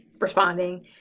responding